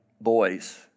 boys